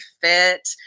fit